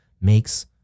makes